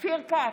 אופיר כץ,